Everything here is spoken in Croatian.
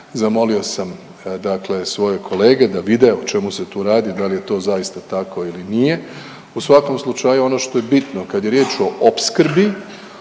zamolio sam dakle svoje kolege da vide o čemu se tu radi, da li je to zaista tako ili nije. U svakom slučaju ono što je bitno kad je riječ o opskrbi